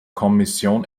kommission